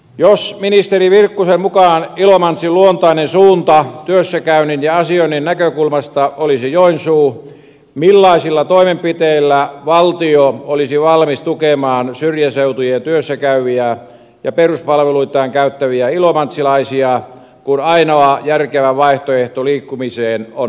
jos ministeri virkkusen mukaan ilomantsin luontainen suunta työssäkäynnin ja asioinnin näkökulmasta olisi joensuu millaisilla toimenpiteillä valtio olisi valmis tukemaan syrjäseutujen työssäkäyviä ja peruspalveluitaan käyttäviä ilomantsilaisia kun ainoa järkevä vaihtoehto liikkumiseen on oma auto